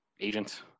agent